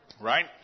right